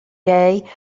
day